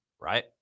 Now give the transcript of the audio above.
Right